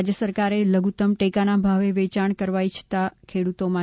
રાજ્ય સરકારે લધુત્તમ ટેકાના ભાવે વેચાણ કરવા ઇચ્છતા ખેડૂતો માટે